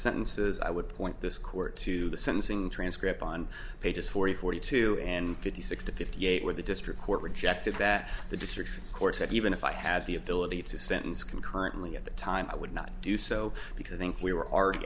sentences i would point this court to the sentencing transcript on pages forty forty two and fifty six to fifty eight with the distro court rejected that the district court said even if i had the ability to sentence concurrently at the time i would not do so because i think we were already